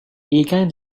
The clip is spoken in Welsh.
ugain